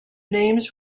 names